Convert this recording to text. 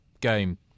game